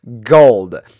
gold